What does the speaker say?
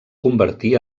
convertí